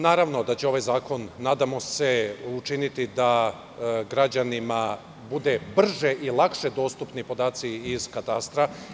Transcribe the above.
Naravno da će ovaj zakon, nadamo se, učiniti da građanima budu brže i lakše dostupni podaci iz katastra.